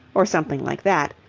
or something like that,